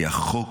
כי החוק,